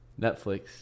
Netflix